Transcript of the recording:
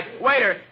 waiter